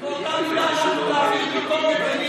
אז באותה מידה אנחנו נעביר ביקורת על מי שאנחנו חושבים שצריך.